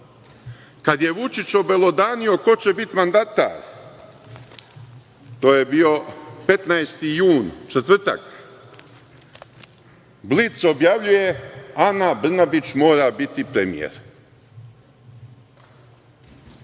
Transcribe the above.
kad je Vučić obelodanio ko će biti mandatar, to je bio 15. jun, četvrtak, „Blic“ objavljuje – Ana Brnabić mora biti premijer.